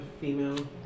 female